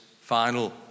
final